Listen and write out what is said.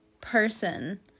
person